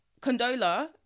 Condola